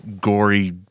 gory